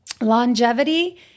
Longevity